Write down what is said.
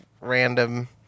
random